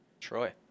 Troy